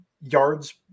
yards